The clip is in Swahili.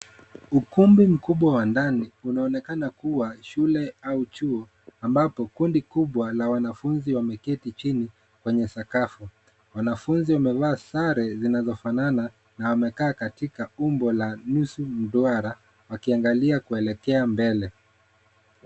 Ukumbi mkubwa wa ndani unaonekana kuwa, shule au chuo ambapo kundi kubwa la wanafunzi wameketi chini, kwenye sakafu. Wanafunzi wamevaa sare, zinazofanana na wamekaa katika umbo la nusu mduara wakiangalia kuelekea mbele.